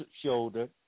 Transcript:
shoulder